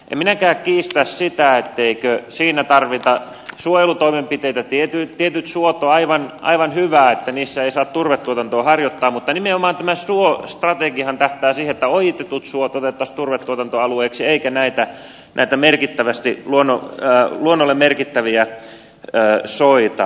en minäkään kiistä sitä etteikö siinä tarvita suojelutoimenpiteitä tietyillä soilla ovat aivan hyvä että niillä ei saa turvetuotantoa harjoittaa mutta nimenomaan tämä suostrategiahan tähtää siihen että ojitetut suot otettaisiin turvetuotantoalueeksi eikä näitä luonnolle merkittäviä soita